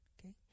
Okay